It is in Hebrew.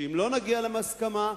שאם לא נגיע להסכמה,